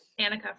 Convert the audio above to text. Annika